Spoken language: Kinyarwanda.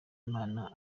imana